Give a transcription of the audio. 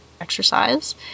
exercise